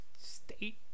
state